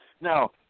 Now